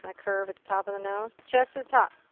and curve at the top of the nose. just the top.